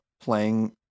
playing